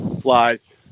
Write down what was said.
flies